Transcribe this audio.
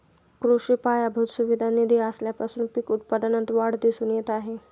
कृषी पायाभूत सुविधा निधी आल्यापासून पीक उत्पादनात वाढ दिसून येत आहे